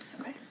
Okay